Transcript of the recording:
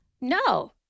no